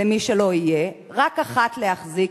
למי שלא יהיה, רק אחת להחזיק.